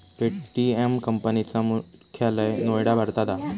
Paytm company चा मुख्यालय नोएडा भारतात हा